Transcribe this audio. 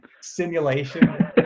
simulation